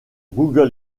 google